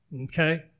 Okay